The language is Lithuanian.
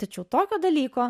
tačiau tokio dalyko